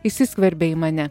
įsiskverbė į mane